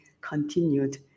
continued